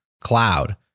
cloud